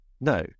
no